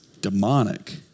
demonic